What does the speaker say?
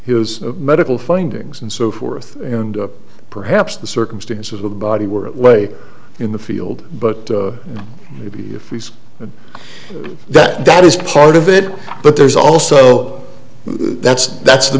his medical findings and so forth and perhaps the circumstances of a body were way in the field but maybe if we see it that that is part of it but there's also that's that's the